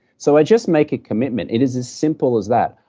so i just make a commitment it is as simple as that.